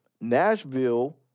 Nashville